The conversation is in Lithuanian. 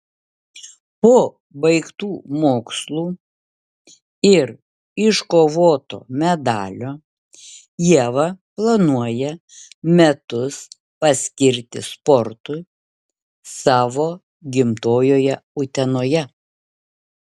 po baigtų mokslų ir iškovoto medalio ieva planuoja metus paskirti sportui savo gimtojoje utenoje